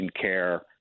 care